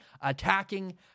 attacking